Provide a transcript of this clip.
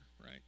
right